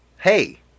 Hey